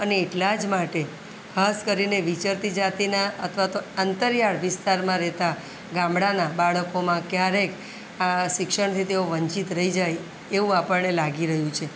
અને એટલા જ માટે ખાસ કરીને વિચરતી જાતિના અથવા તો અંતરિયાળ વિસ્તારમાં રહેતા ગામડાના બાળકોમાં ક્યારેક આ શિક્ષણથી તેઓ વંચિત રહી જાય એવું આપણને લાગી રહ્યું છે